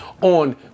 on